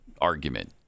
argument